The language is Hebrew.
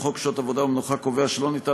חוק שעות עבודה ומנוחה קובע שלא ניתן